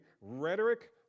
rhetoric